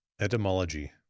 Etymology